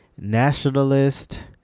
nationalist